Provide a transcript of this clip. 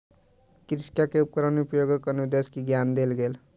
कृषक के उपकरण उपयोगक अनुदेश के ज्ञान देल गेल